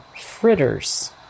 fritters